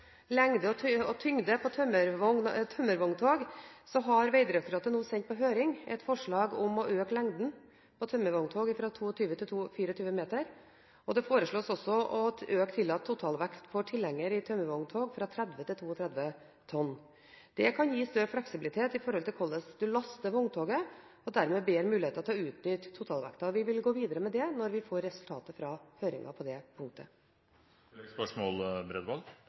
og tyngde på tømmervogntog, har Vegdirektoratet nå sendt på høring et forslag om å øke lengden på tømmervogntog fra 22 til 24 meter, og det foreslås også å øke tillatt totalvekt for tilhenger i tømmervogntog fra 30 til 32 tonn. Det kan gi større fleksibilitet når det gjelder hvordan en laster vogntoget, og dermed bedre muligheter til å utnytte totalvekten. Vi vil gå videre med det når vi får resultatet fra høringen på det